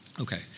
Okay